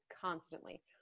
constantly